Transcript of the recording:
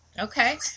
Okay